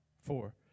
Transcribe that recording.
four